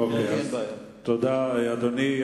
תודה, אדוני.